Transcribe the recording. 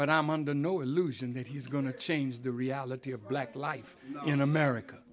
but i'm under no illusion that he's going to change the reality of black life in america